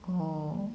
oh